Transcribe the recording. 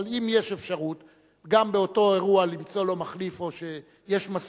אבל אם יש אפשרות גם באותו אירוע למצוא לו מחליף או שיש מספיק,